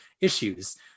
issues